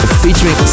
featuring